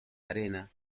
arena